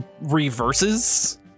reverses